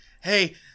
hey